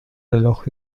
reloj